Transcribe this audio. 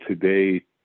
today